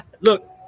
Look